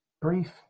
brief